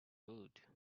rude